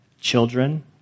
Children